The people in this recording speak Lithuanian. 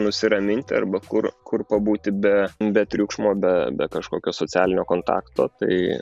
nusiraminti arba kur kur pabūti be be triukšmo be be kažkokio socialinio kontakto tai